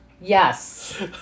Yes